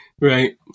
right